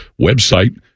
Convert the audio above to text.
website